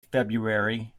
february